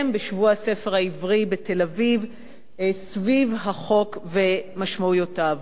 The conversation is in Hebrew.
בשבוע הספר העברי בתל-אביב סביב החוק ומשמעויותיו.